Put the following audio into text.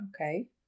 Okay